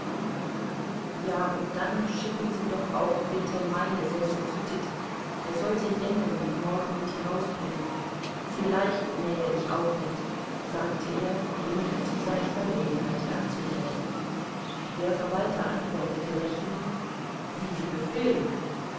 ja und dann schicken sie doch auch bitte meine sense zu tit er soll sie dengeln und morgen mit hinausbringen vielleicht mähe ich auch mit sagte er bemüht seiner verlegenheit herr zu werden der verwalter antwortete lächelnd wie sie befehlen